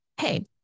hey